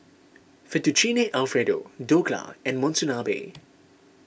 Fettuccine Alfredo Dhokla and Monsunabe